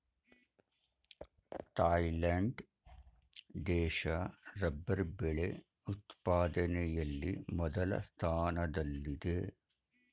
Thailand ದೇಶ rubber ಬೆಳೆ ಉತ್ಪಾದನೆಯಲ್ಲಿ ಮೊದಲ ಸ್ಥಾನದಲ್ಲಿದೆ